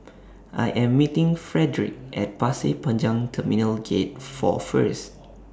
I Am meeting Fredrick At Pasir Panjang Terminal Gate four First